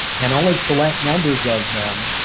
and only select numbers of them.